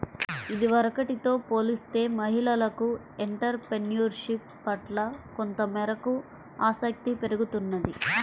ఇదివరకటితో పోలిస్తే మహిళలకు ఎంటర్ ప్రెన్యూర్షిప్ పట్ల కొంతమేరకు ఆసక్తి పెరుగుతున్నది